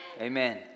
Amen